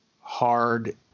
hard